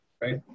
right